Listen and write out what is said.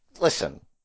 listen